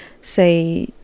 say